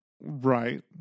Right